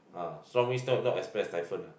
ah strong winds still not as bad as typhoon ah